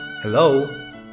Hello